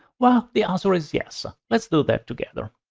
well, the answer is yes. let's do that together.